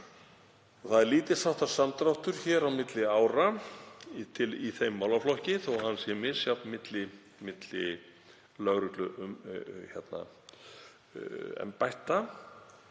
Það er lítils háttar samdráttur hér á milli ára í þeim málaflokki þótt hann sé misjafn milli lögregluembætta.